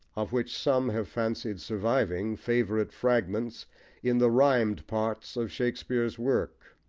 of which some have fancied surviving favourite fragments in the rhymed parts of shakespeare's work.